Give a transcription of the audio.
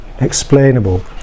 explainable